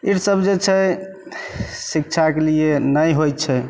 ई सब जे छै शिक्षाके लिए नहि होइत छै